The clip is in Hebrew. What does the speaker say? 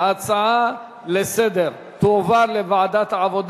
להצעה לסדר-היום ולהעביר את הנושא לוועדת העבודה,